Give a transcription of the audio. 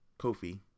Kofi